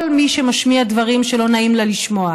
מי שמשמיע דברים שלא נעים לה לשמוע.